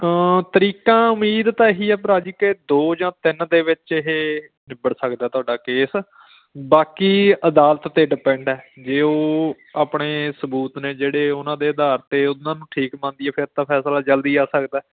ਤਰੀਕਾਂ ਉਮੀਦ ਤਾਂ ਇਹੀ ਆ ਭਰਾ ਜੀ ਕਿ ਦੋ ਜਾਂ ਤਿੰਨ ਦੇ ਵਿੱਚ ਇਹ ਨਿੱਬੜ ਸਕਦਾ ਤੁਹਾਡਾ ਕੇਸ ਬਾਕੀ ਅਦਾਲਤ 'ਤੇ ਡਿਪੈਂਡ ਹੈ ਜੇ ਉਹ ਆਪਣੇ ਸਬੂਤ ਨੇ ਜਿਹੜੇ ਉਹਨਾਂ ਦੇ ਅਧਾਰ 'ਤੇ ਉਹਨਾਂ ਨੂੰ ਠੀਕ ਮੰਨਦੀ ਹੈ ਫਿਰ ਤਾਂ ਫੈਸਲਾ ਜਲਦੀ ਆ ਸਕਦਾ